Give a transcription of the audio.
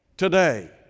Today